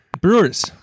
brewers